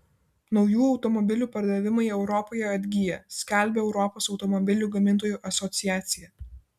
naujų automobilių pardavimai europoje atgyja skelbia europos automobilių gamintojų asociacija